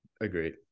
Agreed